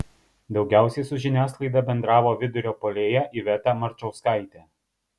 daugiausiai su žiniasklaida bendravo vidurio puolėja iveta marčauskaitė